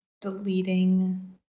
deleting